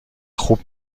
خوب